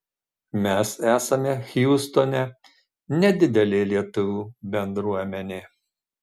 mes esame hjustone nedidelė lietuvių bendruomenė